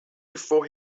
before